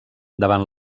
davant